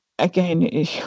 Again